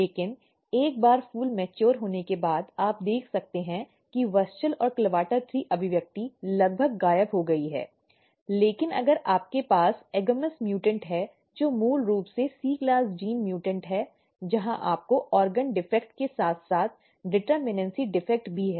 लेकिन एक बार फूल परिपक्व होने के बाद आप देख सकते हैं कि WUSCHEL और CLAVATA3 अभिव्यक्ति लगभग गायब हो गई है लेकिन अगर आपके पास agamous म्यूटेंट है जो मूल रूप से C क्लास जीन म्यूटेंट है जहां आपको ऑर्गन डिफेक्ट के साथ साथ डिटर्मिनसी डिफेक्ट भी है